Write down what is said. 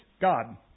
God